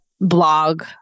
blog